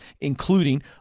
including